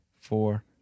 four